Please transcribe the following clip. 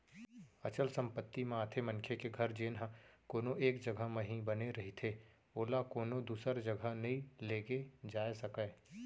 अचल संपत्ति म आथे मनखे के घर जेनहा कोनो एक जघा म ही बने रहिथे ओला कोनो दूसर जघा नइ लेगे जाय सकय